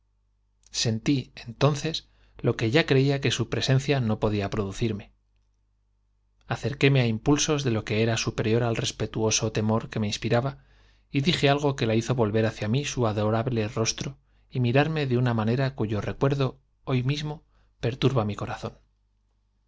sentí entonces lo que ya creía que su presencia no podía producirme acerquéme á impulsos de lo que era superior al respetuoso temor que me inspiraba y dije algo que la hizo volver hacia mí s u adorable rostro mirarme y de una manera cuyo recuerdo hoy mismo perturba mi corazón